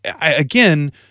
again